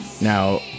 Now